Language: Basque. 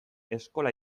eskola